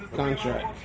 contract